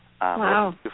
Wow